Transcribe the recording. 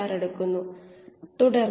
ആണെങ്കിൽ ഇപ്പോൾ